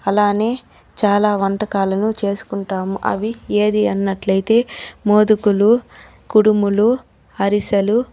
అలానే చాలా వంటకాలను చేసుకుంటాము అవి ఏది అన్నట్లయితే మోదకాలు కుడుములు అరిసెలు